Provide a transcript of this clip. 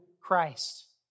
Christ